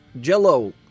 jello